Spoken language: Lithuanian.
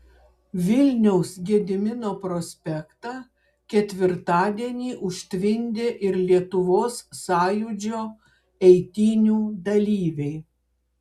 vilniaus gedimino prospektą ketvirtadienį užtvindė ir lietuvos sąjūdžio eitynių dalyviai